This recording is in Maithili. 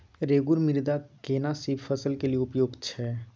रेगुर मृदा केना सी फसल के लिये उपयुक्त छै?